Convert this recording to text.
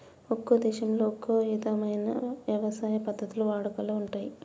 ఒక్కో దేశంలో ఒక్కో ఇధమైన యవసాయ పద్ధతులు వాడుకలో ఉంటయ్యి